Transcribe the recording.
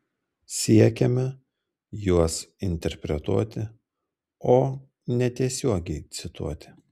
siekiame juos interpretuoti o ne tiesiogiai cituoti